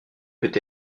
peut